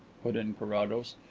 put in carrados.